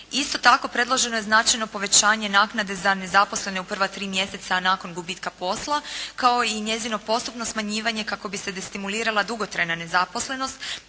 Isto tako predloženo je značajno povećanje naknade za nezaposlene u prva tri mjeseca nakon gubitka posla, kao i njezino postupno smanjivanje kako bi se destimulirala dugotrajna nezaposlenost